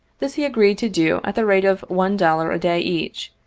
this he agreed to do at the rate of one dollar a day each,